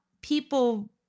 people